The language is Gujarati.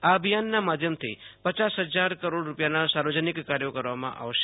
આ અભિયાનના માધ્યમથી પચાસ હજાર કરોડ રૂપિયાના સાર્વજનિક કાર્યો કરવામાં આવશે